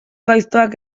gaiztoak